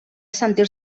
sentir